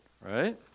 right